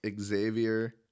Xavier